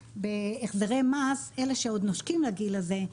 החזרי מס - אלה שעוד נושקים לגיל הזה,